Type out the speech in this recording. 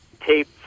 tape